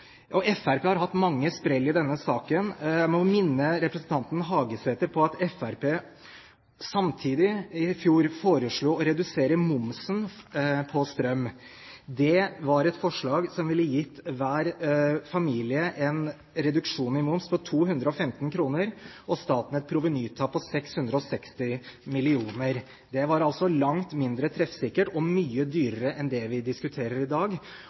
har hatt mange sprell i denne saken. Jeg vil minne representanten Hagesæter på at Fremskrittspartiet samtidig i fjor foreslo å redusere momsen på strøm. Det var et forslag som ville gitt hver familie en reduksjon i moms på 215 kr og staten et provenytap på 660 mill. kr. Det var altså langt mindre treffsikkert og mye dyrere enn det vi diskuterer i dag.